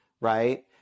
right